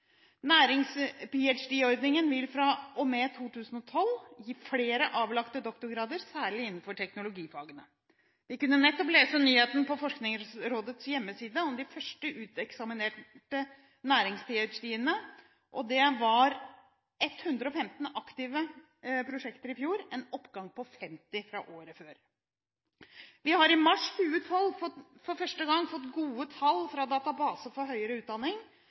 vil fra og med 2012 gi flere avlagte doktorgrader, særlig innenfor teknologifagene. Vi kunne nettopp lese nyheten på Forskningsrådets hjemmeside om de første uteksaminerte nærings-ph.d.-ene. Det var 115 aktive prosjekter i fjor, en oppgang på 50 fra året før. Vi har i mars 2012 for første gang fått gode tall fra Database for statistikk om høgre utdanning